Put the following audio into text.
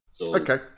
Okay